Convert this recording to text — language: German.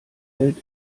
hält